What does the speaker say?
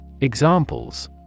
Examples